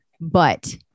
but-